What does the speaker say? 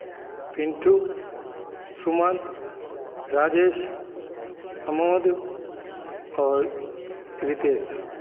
पिंटू सुमन राजेश अमोद और रितेश